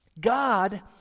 God